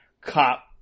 cop